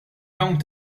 hawn